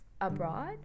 abroad